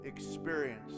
experience